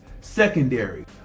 Secondary